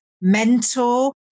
mentor